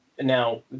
now